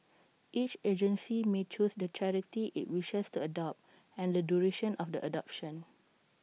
each agency may choose the charity IT wishes to adopt and the duration of the adoption